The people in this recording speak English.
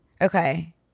Okay